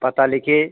पता लिखिए